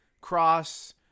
cross